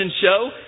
show